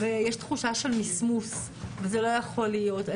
יש תחושה של מסמוס, וזה לא יכול להיות.